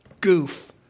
goof